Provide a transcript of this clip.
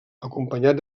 acompanyat